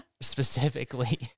specifically